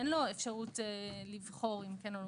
אין לו אפשרות לבחור אם כן או לא.